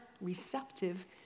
receptive